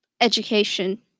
education